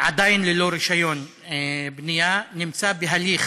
עדיין ללא רישיון בנייה, נמצא בהליך